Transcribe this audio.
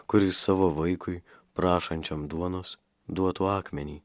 kuris savo vaikui prašančiam duonos duotų akmenį